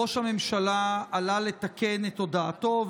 ראש הממשלה עלה לתקן את הודעתו,